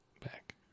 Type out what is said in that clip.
back